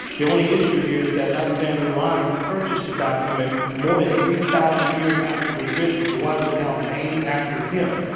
the only issue here is that alexander rhind purchased the document more than three thousand years after it was written. so why is it now named after him.